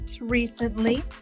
recently